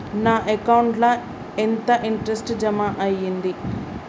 నా అకౌంట్ ల ఎంత ఇంట్రెస్ట్ జమ అయ్యింది?